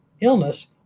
illness